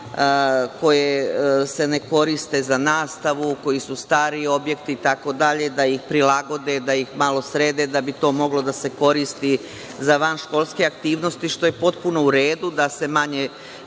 koje se ne koriste za nastavu, koje su stari objekti itd. da ih prilagode, da ih malo srede da bi to moglo da se koristi za vanškolske aktivnosti, što je potpuno u redu, da se manje